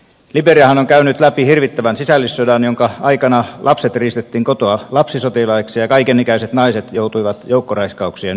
liberiahan on käynyt läpi hirvittävän sisällissodan jonka aikana lapset riistettiin kotoa lapsisotilaiksi ja kaikenikäiset naiset joutuivat joukkoraiskauksien uhreiksi